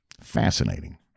Fascinating